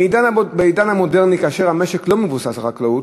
בעידן המודרני, כאשר המשק לא מבוסס על חקלאות,